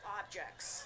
objects